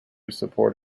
support